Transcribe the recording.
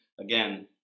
Again